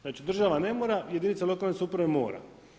Znači, država ne mora jedinica lokalne samouprave mora.